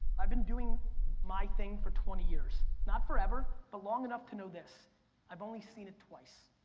i've been doing my thing for twenty years, not forever, but long enough to know this i've only seen it twice,